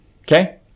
Okay